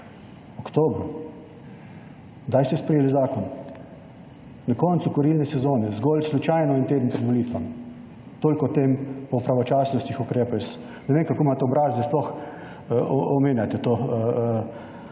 oktobru. Kdaj ste sprejeli zakon? Na koncu kurilne sezone zgolj slučajno en teden pred volitvami. Toliko o pravočasnosti ukrepov. Jaz ne vem, kako imate obraze, da sploh omenjate to